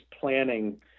planning